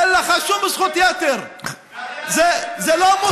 אין לך שום זכות יתר, ולא תהיה לך.